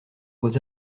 vos